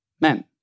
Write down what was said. men